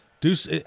Deuce